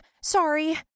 sorry